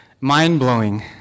mind-blowing